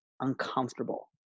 uncomfortable